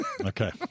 Okay